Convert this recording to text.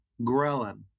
ghrelin